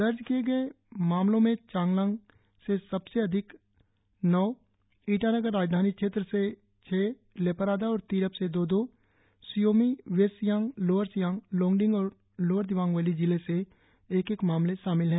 दर्ज किए गए ने मामलों में चांगलांग से सबसे अधिक नौ ईटानगर राजधानी क्षेत्र से छह लेपारादा और तिरप से दो दो शी योमी वेस्ट सियांग लोअर सियांग लोंगडिंग और लोअर दिबांग वैली जिले से एक एक मामले शामिल है